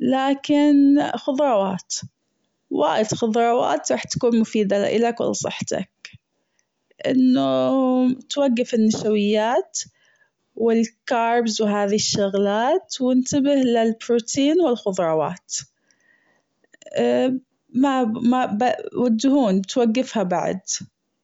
لكن خضروات وايد خضروات راح تكون مفيدة لإلك ولصحتك أنه توقف النشويات والكاربز وهاذي الشغلات وأنتبه للبروتين والخضروات والدهون توقفها بعد.